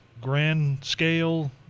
grand-scale